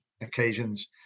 occasions